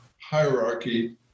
hierarchy